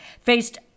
faced